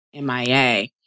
MIA